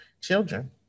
children